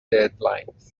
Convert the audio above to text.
deadlines